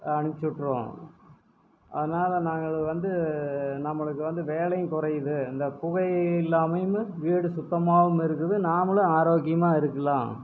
அனுப்ச்சி விட்டுருவோம் அதனால் நாங்கள் இதை வந்து நம்மளுக்கு வந்து வேலையும் குறையுது இந்தப் புகை இல்லாமையும் வீடு சுத்தமாகவும் இருக்குது நாமளும் ஆரோக்கியமாக இருக்கலாம்